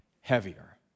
heavier